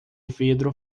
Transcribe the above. vidro